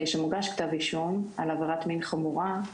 על עבירת מין חמורה,